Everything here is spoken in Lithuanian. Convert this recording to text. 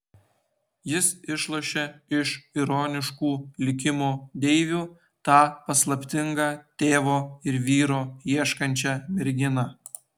jis išlošė iš ironiškų likimo deivių tą paslaptingą tėvo ir vyro ieškančią merginą